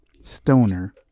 stoner